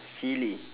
silly